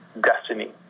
destiny